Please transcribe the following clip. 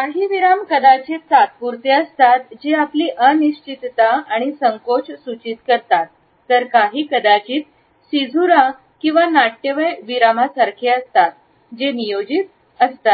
काही विराम कदाचित तात्पुरते असतात जे आपली अनिश्चितता आणि संकोच सूचित करतात तर काही कदाचित सिझुरा किंवा नाट्यमय विरामांसारखे जे नियोजित